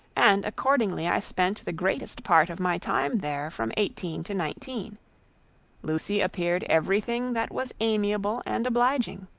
and accordingly i spent the greatest part of my time there from eighteen to nineteen lucy appeared everything that was amiable and obliging.